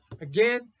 again